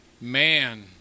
man